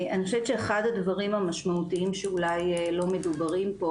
אני חושבת שאחד הדברים המשמעותיים שאולי לא מדוברים פה,